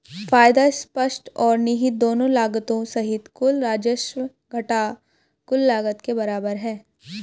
फायदा स्पष्ट और निहित दोनों लागतों सहित कुल राजस्व घटा कुल लागत के बराबर है